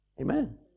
Amen